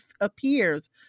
appears